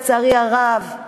לצערי הרב,